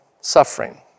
suffering